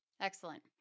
Excellent